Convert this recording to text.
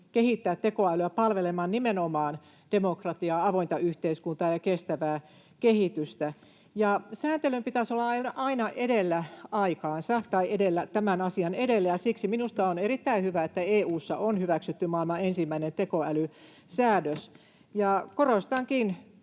kehittää tekoälyä palvelemaan nimenomaan demokratiaa, avointa yhteiskuntaa ja kestävää kehitystä, ja sääntelyn pitäisi olla aina tämän asian edellä, ja siksi minusta on erittäin hyvä, että EU:ssa on hyväksytty maailman ensimmäinen tekoälysäädös. [Puhemies